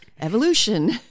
evolution